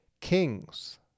kings